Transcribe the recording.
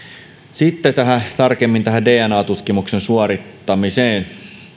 sitten tarkemmin tähän dna tutkimuksen suorittamiseen